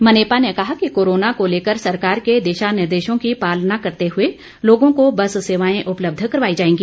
मनेपा ने कहा कि कोरोना को लेकर सरकार के दिशा निर्देशों की पालना करते हुए लोगों को बस सेवाएं उपलब्ध करवाई जाएगी